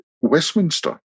Westminster